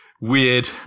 weird